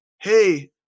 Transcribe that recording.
hey